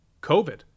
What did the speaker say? COVID